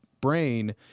brain